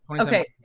Okay